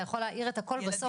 אתה יכול להעיר הכול בסוף.